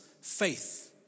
faith